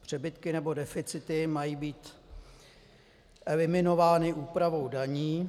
Přebytky nebo deficity mají být eliminovány úpravou daní.